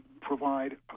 provide